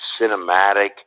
cinematic